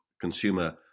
consumer